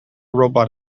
robot